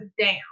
down